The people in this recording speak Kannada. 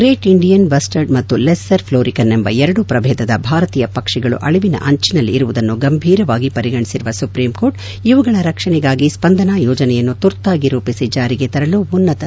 ಗ್ರೇಟ್ ಇಂಡಿಯನ್ ಬಸ್ಸರ್ಡ್ ಮತ್ತು ಲೆಸ್ಸರ್ ಫ್ಲೋರಿಕನ್ ಎಂಬ ಎರಡು ಪ್ರಭೇದದ ಭಾರತಿಯ ಪಕ್ಷಿಗಳು ಅಳವಿನ ಅಂಚಿನಲ್ಲಿರುವುದನ್ನು ಗಂಭೀರವಾಗಿ ಪರಿಗಣಿಸಿರುವ ಸುಪ್ರೀಂ ಕೋರ್ಟ್ ಇವುಗಳ ರಕ್ಷಣೆಗಾಗಿ ಸ್ಪಂದನಾ ಯೋಜನೆಯನ್ನು ತುರ್ತಾಗಿ ರೂಪಿಸಿ ಜಾರಿಗೆ ತರಲು ಉನ್ನತ ಸಮಿತಿಯೊಂದನ್ನು ರಚಿಸಿದೆ